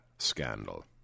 Scandal